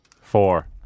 four